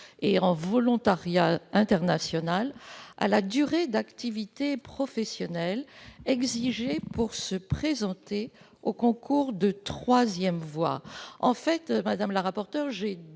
et en volontariat international à la durée d'activité professionnelle exigée pour se présenter aux concours de troisième voie. Or les rédactions actuelles